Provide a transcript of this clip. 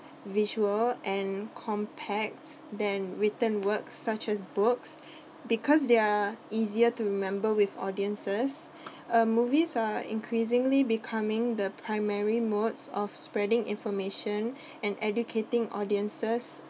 visual and compact than written works such as books because they're easier to remember with audiences uh movies are increasingly becoming the primary modes of spreading information and educating audiences